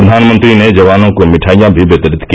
प्रधानमंत्री ने जवानों को मिठाइयां भी वितरित की